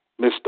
Mr